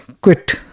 quit